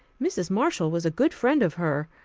mrs. marshall was a good friend of her.